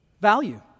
value